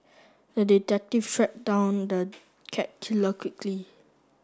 the detective tracked down the cat killer quickly